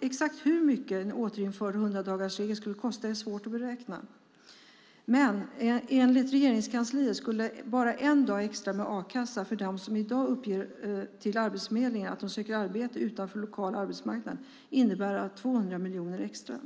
Exakt hur mycket en återinförd hundradagarsregel skulle kosta är svårt att beräkna. Men enligt Regeringskansliet skulle bara en dag extra med a-kassa för dem som i dag uppger till Arbetsförmedlingen att de söker arbete utanför den lokala arbetsmarknaden innebära 200 miljoner extra.